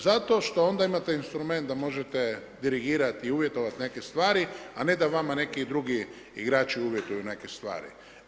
Zato što onda imate instrument da možete dirigirati i uvjetovati neke stvari, a ne da vama neki drugi igrači uvjetuju neke stvari.